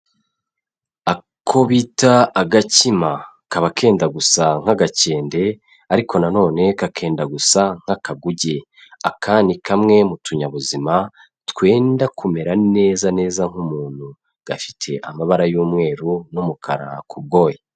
Ako bita agakima kaba kenda gusa nk'agakende ariko nanone kakenda gusa nk'akaguge, aka ni kamwe mu tuyabuzima twenda kumera neza neza nk'umuntu, gafite amabara y'umweru n'umukara ku bwoya.